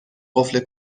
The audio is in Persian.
قفل